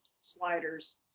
Sliders